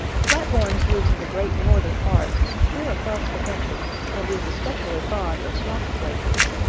flathorns lives in the great northern forests clear across the country, and is especially fond of swampy places.